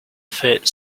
fat